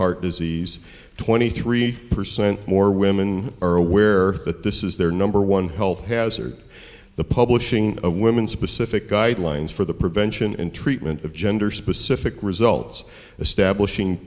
heart disease twenty three percent more women are aware that this is their number one health hazard the publishing of women specific guidelines for the prevention and treatment of gender specific results establishing